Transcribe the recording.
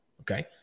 okay